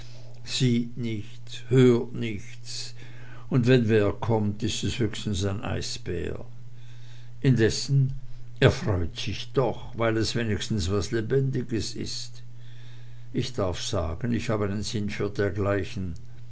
sieht nichts hört nichts und wenn wer kommt ist es höchstens ein eisbär indessen er freut sich doch weil es wenigstens was lebendiges ist ich darf sagen ich hab einen sinn für dergleichen